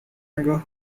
نگاه